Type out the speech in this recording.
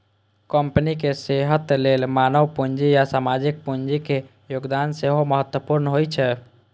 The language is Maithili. कंपनीक सेहत लेल मानव पूंजी आ सामाजिक पूंजीक योगदान सेहो महत्वपूर्ण होइ छै